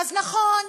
אז נכון,